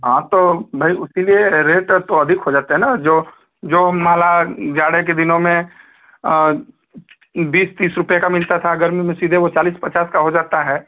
हाँ तो भई उसी लिए रेट तो अधिक हो जाते है न जो जो माला जाड़े के दिनों में बीस तीस रुपया का मिलता था गर्मी में सीधे वह चालीस पचास का हो जाता है